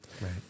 right